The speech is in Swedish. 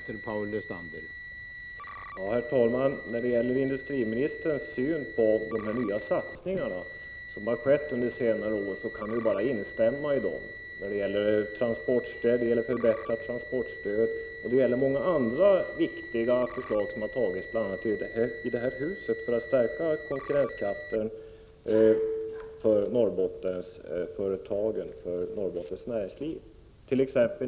Herr talman! Man kan ju bara instämma i vad industriministern sade om de nya satsningarna under senare år. Det gäller förbättringen av transportstödet liksom många andra viktiga beslut som fattats — bl.a. i det här huset — för att stärka konkurrenskraften i Norrbottens näringsliv.